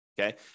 okay